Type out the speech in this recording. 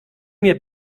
mir